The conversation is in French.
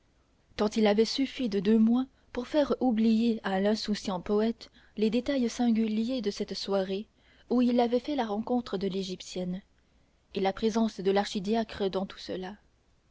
tant il avait suffi de deux mois pour faire oublier à l'insouciant poète les détails singuliers de cette soirée où il avait fait la rencontre de l'égyptienne et la présence de l'archidiacre dans tout cela